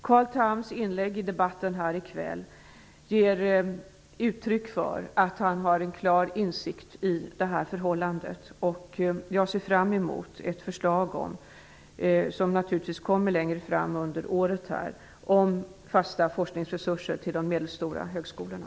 Carl Thams inlägg i debatten här i kväll ger uttryck för att han har en klar insikt i det här förhållandet, och jag ser fram emot ett förslag - som naturligtvis kommer längre fram under året - om fasta forskningsresurser till de medelstora högskolorna.